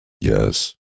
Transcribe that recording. yes